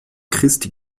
christi